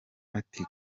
ati